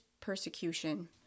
persecution